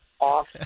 Off